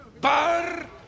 bar